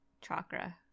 Chakra